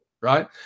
right